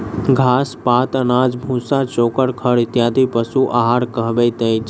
घास, पात, अनाज, भुस्सा, चोकर, खड़ इत्यादि पशु आहार कहबैत अछि